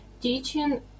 teaching